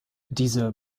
diese